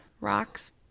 rocks